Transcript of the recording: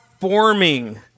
forming